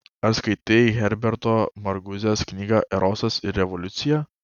ar skaitei herberto markuzės knygą erosas ir revoliucija